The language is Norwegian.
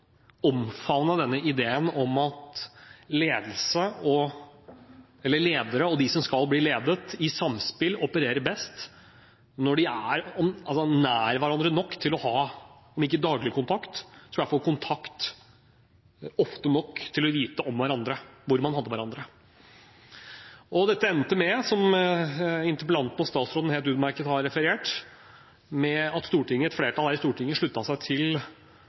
de som skal bli ledet, i samspill opererer best når man er nær hverandre nok til å ha om ikke daglig kontakt, så i hvert fall kontakt ofte nok til å vite hvor man har hverandre. Dette endte med, som interpellanten og statsråden helt utmerket har referert til, at et flertall her i Stortinget sluttet seg til